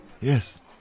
yes